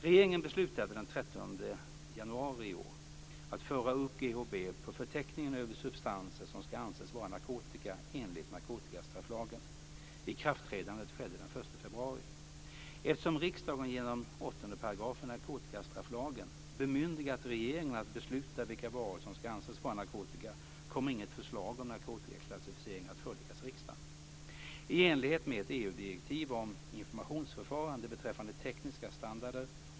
Regeringen beslutade den 13 januari 2000 att föra upp GHB på förteckningen över substanser som ska anses vara narkotika enligt narkotikastrafflagen. Ikraftträdandet skedde den 1 februari. Eftersom riksdagen genom 8 § narkotikastrafflagen bemyndigat regeringen att besluta vilka varor som ska anses vara narkotika kommer inget förslag om narkotikaklassificering att föreläggas riksdagen.